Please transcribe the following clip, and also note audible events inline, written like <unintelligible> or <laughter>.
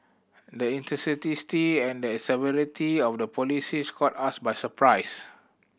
the <unintelligible> and the severity of the policies caught us by surprise